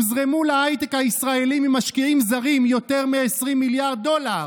"הוזרמו להייטק הישראלי ממשקיעים זרים יותר מ-20 מיליארד דולר",